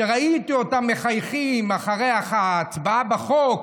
כשראיתי אותם מחייכים אחרי ההצבעה על החוק,